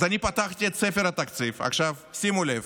אז אני פתחתי את ספר התקציב, שימו לב: